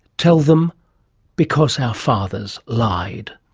tell them because our fathers lied.